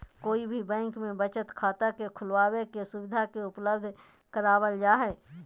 कोई भी बैंक में बचत खाता के खुलबाबे के सुविधा के उपलब्ध करावल जा हई